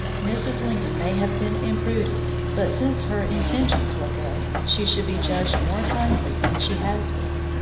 mrs. lincoln may have been imprudent, but since her intentions were good, she should be judged more kindly than she has been.